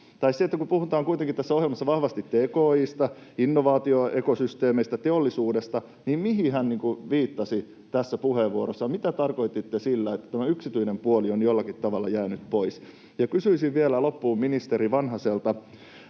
pois — kun puhutaan kuitenkin tässä ohjelmassa vahvasti tki:stä, innovaatioekosysteemeistä, teollisuudesta — niin mihin hän viittasi tässä puheenvuorossaan. Mitä tarkoititte sillä, että tämä yksityinen puoli on jollakin tavalla jäänyt pois? Ja kysyisin vielä loppuun ministeri Vanhaselta